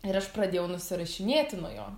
ir aš pradėjau nusirašinėti nuo jo